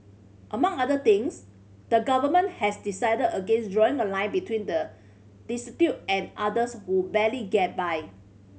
among other things the Government has decided against drawing a line between the destitute and others who barely get by